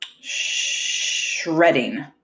shredding